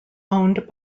owned